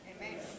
Amen